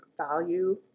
value